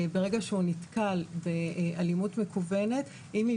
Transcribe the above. ברגע שהוא נתקל באלימות מקוונת אם היא